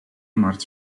martw